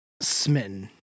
smitten